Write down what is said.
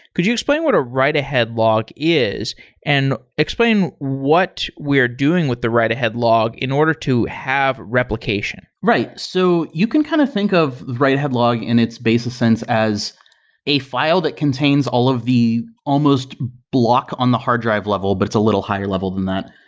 could you explain what a write-ahead log is and explain what we are doing with the write-ahead log in order to have replication? right. so you can kind of to think of write-ahead log in its basic sense as a file that contains all of the almost block on the hard drive level, but it's a little higher level than that.